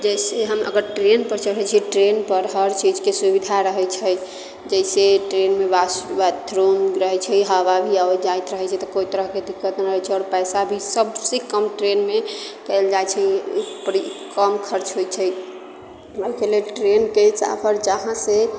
जैसे अगर हम ट्रेनपर चढ़ैत छी ट्रेनपर हर चीजके सुविधा रहैत छै जैसे ट्रेनमे वाश बाथरूम रहैत छै हवा भी अबैत जाइत रहैत छै तऽ कोइ तरहके दिक्कत न होइत छै आओर पैसा भी सभसँ कम ट्रेनमे कयल जाइत छै कम खर्च होइत छै एहिके लेल ट्रेनके सफर जहाँसँ